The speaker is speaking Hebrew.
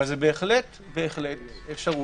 אבל זו בהחלט אפשרות.